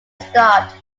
start